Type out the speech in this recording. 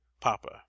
papa